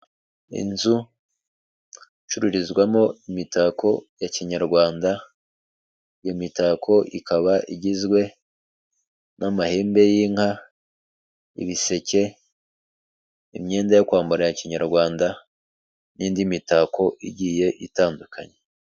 Inzu icururizwamo imitako ya kinyarwanda, iyo imitako ikaba igizwe n'amahembe y'inka, ibiseke, imyenda yo kwambara ya kinyarwanda n'indi mitako igiye itandukanye.